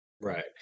right